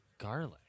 Garlic